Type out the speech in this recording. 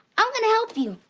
i'm gonna help you.